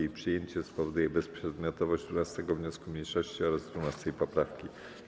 Jej przyjęcie spowoduje bezprzedmiotowość 12. wniosku mniejszości oraz 12. poprawki.